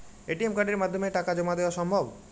ATM কার্ডের মাধ্যমে টাকা জমা দেওয়া সম্ভব?